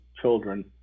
children